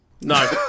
No